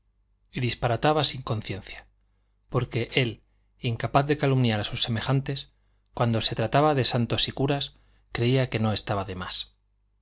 y disparataba sin conciencia porque él incapaz de calumniar a sus semejantes cuando se trataba de santos y curas creía que no estaba de